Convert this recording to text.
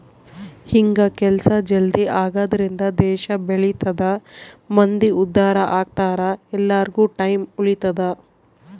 ಹಿಂಗ ಕೆಲ್ಸ ಜಲ್ದೀ ಆಗದ್ರಿಂದ ದೇಶ ಬೆಳಿತದ ಮಂದಿ ಉದ್ದಾರ ಅಗ್ತರ ಎಲ್ಲಾರ್ಗು ಟೈಮ್ ಉಳಿತದ